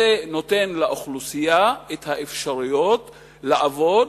זה נותן לאוכלוסייה את האפשרויות לעבוד,